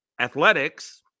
athletics